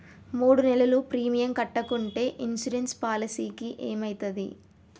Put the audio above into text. మూడు నెలలు ప్రీమియం కట్టకుంటే ఇన్సూరెన్స్ పాలసీకి ఏమైతది?